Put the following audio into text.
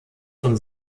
von